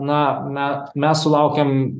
na na mes sulaukėm